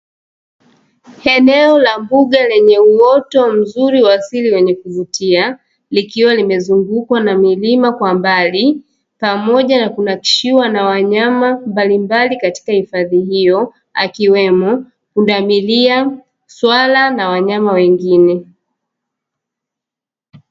Eneo la mbuga lenye uoto mzuri wa asili wenye kuvutia likiwa limezungukwa na milima, kwa mbali pamoja na kunakshiwa na wanyama mbalimbali katika hifadhi hiyoo, akiwemo pundamilia, swala na wanyama wengine.